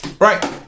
Right